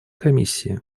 комиссии